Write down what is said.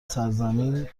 سرزمین